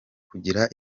kugira